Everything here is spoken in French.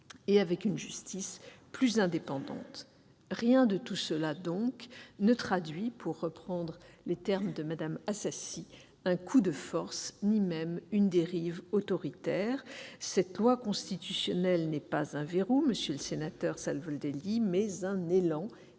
et une justice plus indépendante. Rien de tout cela ne traduit, pour reprendre les termes de Mme Assassi, un « coup de force », ni même une dérive autoritaire. Cette loi constitutionnelle n'est pas un verrou, monsieur Savoldelli, mais un élan !